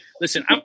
listen